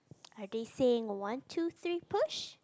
are they saying one two three push